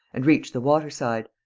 and reach the waterside.